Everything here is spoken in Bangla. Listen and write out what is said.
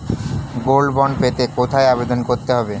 গোল্ড বন্ড পেতে কোথায় আবেদন করতে হবে?